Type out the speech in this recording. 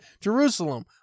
jerusalem